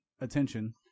attention